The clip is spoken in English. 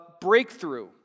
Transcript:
breakthrough